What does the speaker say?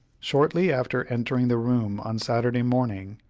shortly after entering the room on saturday morning,